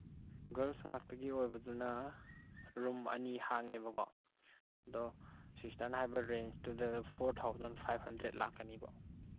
girls ꯉꯥꯛꯇꯒꯤ ꯑꯣꯏꯕꯗꯨꯅ room ꯑꯅꯤ ꯍꯥꯡꯉꯦꯕꯀꯣ ꯑꯗꯣ ꯁꯤꯁꯇꯔꯅ ꯍꯥꯏꯕ ꯔꯦꯟꯁꯇꯨꯗ ꯐꯣꯔ ꯊꯥꯎꯖꯟ ꯐꯥꯏꯚ ꯍꯟꯗ꯭ꯔꯦꯗ ꯂꯥꯛꯀꯅꯤꯕ